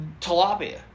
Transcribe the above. tilapia